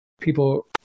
people